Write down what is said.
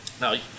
Now